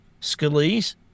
Scalise